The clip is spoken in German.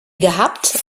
gehabt